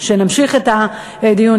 שנמשיך את הדיון,